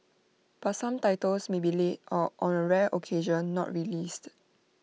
but some titles may be late or on A rare occasion not released